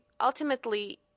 ultimately